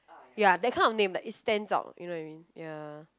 ya that kind of name like it stands out you know what I mean ya